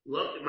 Look